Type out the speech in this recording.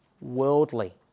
worldly